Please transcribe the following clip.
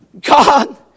God